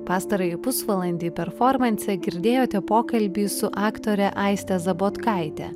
pastarąjį pusvalandį performanse girdėjote pokalbį su aktore aista zabotkaite